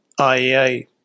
IEA